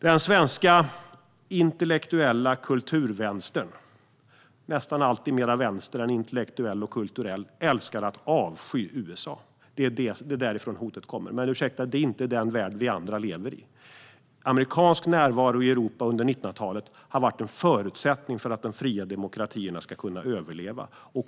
Den svenska intellektuella kulturvänstern - nästan alltid mer vänster än intellektuell och kulturell - älskar att avsky USA. Det är därifrån hotet kommer. Men det är inte den värld som vi andra lever i. Amerikansk närvaro i Europa under 1900-talet har varit en förutsättning för att de fria demokratierna ska kunna överleva.